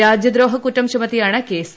രാജ്യദ്ദോഹ്കുറ്റം ചുമത്തിയാണ് കേസ്